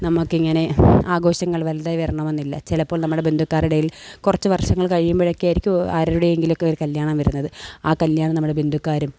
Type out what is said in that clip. നമുക്കിങ്ങനെ ആഘോഷങ്ങൾ വലുതായി വരണമെന്നില്ല ചിലപ്പോൾ നമ്മുടെ ബന്ധുക്കാരുടെയിൽ കുറച്ച് വർഷങ്ങൾ കഴിയുമ്പോഴൊക്കെയായിരിക്കും ആരുടെയെങ്കിലുമൊക്കെ ഒരു കല്യാണം വരുന്നത് ആ കല്യാണം നമ്മുടെ ബന്ധുക്കാരും